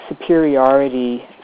superiority